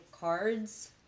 cards